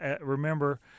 remember